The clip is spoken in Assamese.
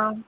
অঁ